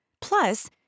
Plus